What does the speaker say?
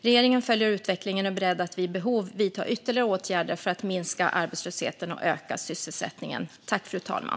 Regeringen följer utvecklingen och är beredd att vid behov vidta ytterligare åtgärder för att minska arbetslösheten och öka sysselsättningen.